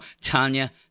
tanya